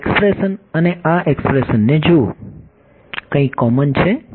આ એક્સપ્રેશન અને આ એક્સપ્રેશન જુઓ કંઈક કોમન છે